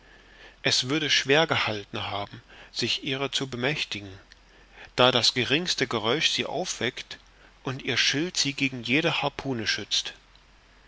es würde schwer gehalten haben sich ihrer zu bemächtigen da das geringste geräusch sie aufweckt und ihr schild sie gegen jede harpune schützt